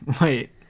Wait